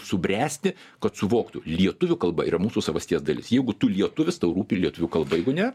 subręsti kad suvoktų lietuvių kalba yra mūsų savasties dalis jeigu tu lietuvis tau rūpi lietuvių kalba jeigu ne